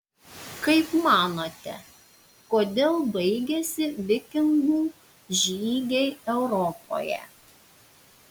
kaip manote kodėl baigėsi vikingų žygiai europoje